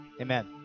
Amen